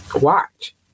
watch